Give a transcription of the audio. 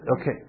Okay